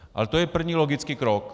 Ale to je první logický krok.